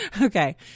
Okay